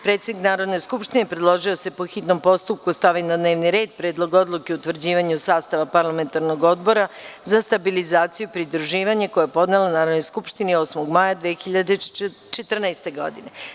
Predsednik Narodne skupštine Maja Gojković je predložila da se po hitnom postupku stavi na dnevni red Predlog Odluke o utvrđivanju sastava Parlamentarnog odbora za stabilizaciju i pridruživanje, koji je podnela Narodnoj skupštini 8. maja 2014. godine.